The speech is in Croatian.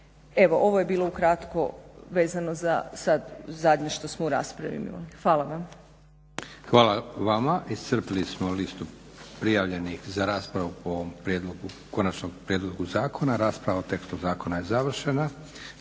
Evo, ovo je bilo ukratko vezano za sad zadnje što smo u raspravi imali. Hvala vam. **Leko, Josip (SDP)** Hvala vama. Iscrpili smo listu prijavljenih za raspravu po ovom konačnom prijedlogu zakona. Rasprava o tekstu zakona je završena.